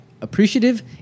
appreciative